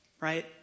right